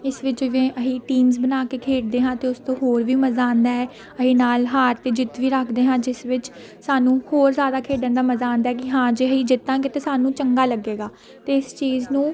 ਇਸ ਵਿੱਚ ਵੀ ਅਸੀਂ ਟੀਮਸ ਬਣਾ ਕੇ ਖੇਡਦੇ ਹਾਂ ਅਤੇ ਉਸ ਤੋਂ ਹੋਰ ਵੀ ਮਜ਼ਾ ਆਉਂਦਾ ਹੈ ਅਸੀਂ ਨਾਲ ਹਾਰ ਅਤੇ ਜਿੱਤ ਵੀ ਰੱਖਦੇ ਹਾਂ ਜਿਸ ਵਿੱਚ ਸਾਨੂੰ ਹੋਰ ਜ਼ਿਆਦਾ ਖੇਡਣ ਦਾ ਮਜ਼ਾ ਆਉਂਦਾ ਕਿ ਹਾਂ ਜੇ ਅਸੀਂ ਜਿੱਤਾਂਗੇ ਤਾਂ ਸਾਨੂੰ ਚੰਗਾ ਲੱਗੇਗਾ ਅਤੇ ਇਸ ਚੀਜ਼ ਨੂੰ